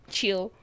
Chill